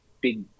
big